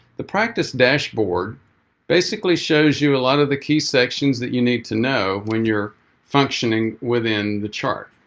the practice dashboard basically shows you a lot of the key sections that you need to know when you're functioning within the chart.